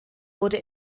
wurde